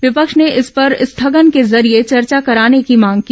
विपक्ष ने इस पर स्थगन के जरिये चर्चा कराने की मांग की